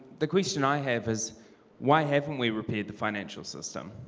the question i have is why haven't we repeated the financial system?